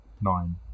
nine